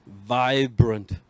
vibrant